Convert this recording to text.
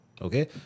Okay